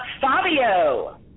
Fabio